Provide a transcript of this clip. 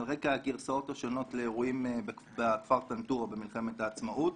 על רקע הגרסאות השונות לאירועים בכפר טנטורה במלחמת העצמאות.